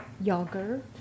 yogurt